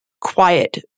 quiet